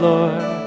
Lord